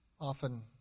often